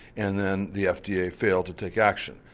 and then the fda yeah failed to take action.